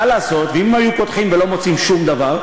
מה לעשות, ואם היו פותחים ולא היו מוצאים שום דבר?